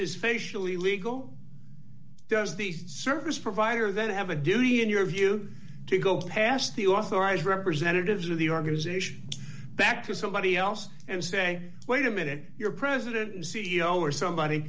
is facially legal does the service provider then have a duty in your view to go past the authorized representatives of the organization back to somebody else and say wait a minute you're president and c e o or somebody